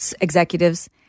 executives